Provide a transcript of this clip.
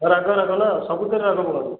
ରାଗ ରାଗ ନା ସବୁଥିରେ ରାଗ ପକାନ୍ତୁ